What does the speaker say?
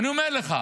ואני אומר לך,